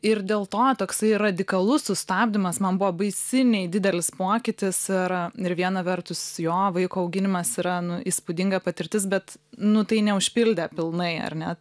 ir dėl to toksai radikalus sustabdymas man buvo baisiniai didelis pokytis ir viena vertus jo vaiko auginimas yra nu įspūdinga patirtis bet nu tai neužpildė pilnai ar ne